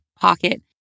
pocket